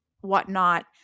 whatnot